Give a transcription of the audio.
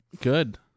Good